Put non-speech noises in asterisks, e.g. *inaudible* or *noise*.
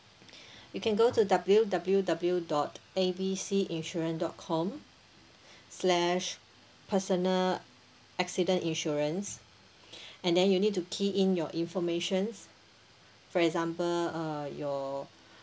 you can go the W_W_W dot A B C insurance dot com slash personal accident insurance *breath* and then you need to key in your informations for example uh your